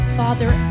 father